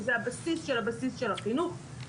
שזה הבסיס של הבסיס של החינוך,